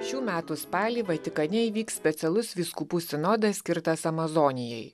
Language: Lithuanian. šių metų spalį vatikane įvyks specialus vyskupų sinodas skirtas amazonijai